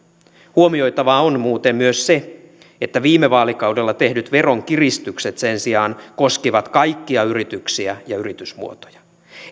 huomioitavaa on muuten myös se että viime vaalikaudella tehdyt veronkiristykset sen sijaan koskivat kaikkia yrityksiä ja yritysmuotoja